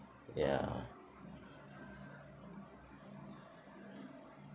ya